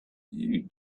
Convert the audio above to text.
you